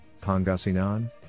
Pangasinan